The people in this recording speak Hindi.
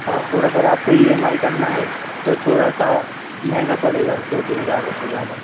हाँ और अगर आपको ई एम आई करना है तो थोड़ा सा महंगा पड़ेगा दो तीन हज़ार रुपए ज़्यादा